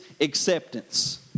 acceptance